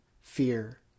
fear